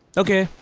ok.